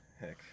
Heck